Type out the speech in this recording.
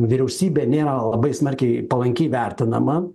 vyriausybė nėra labai smarkiai palankiai vertinama